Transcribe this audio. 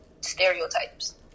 stereotypes